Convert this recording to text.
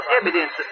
evidence